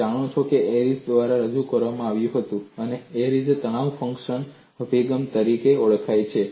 તમે જાણો છો કે આ એરિઝ Airys દ્વારા રજૂ કરવામાં આવ્યું હતું અને આ એરિઝ Airys તણાવ ફંક્શન અભિગમ તરીકે ઓળખાય છે